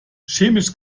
chemisch